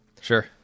Sure